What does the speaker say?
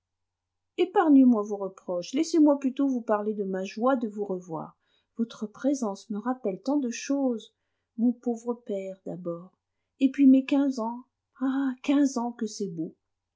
épargnez-moi vos reproches laissez-moi plutôt vous parler de ma joie de vous revoir votre présence me rappelle tant de choses mon pauvre père d'abord et puis mes quinze ans ah quinze ans que c'est beau